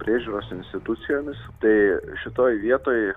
priežiūros institucijomis tai šitoj vietoj